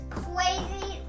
crazy